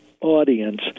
audience